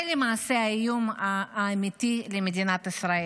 זה למעשה האיום האמיתי על מדינת ישראל.